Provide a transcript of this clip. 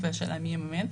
והשאלה מי יממן,